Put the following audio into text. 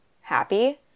happy